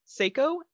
seiko